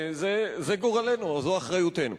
זה גורלנו, זו אחריותנו.